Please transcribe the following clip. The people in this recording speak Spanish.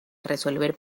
resolver